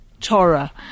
Torah